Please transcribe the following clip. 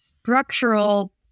structural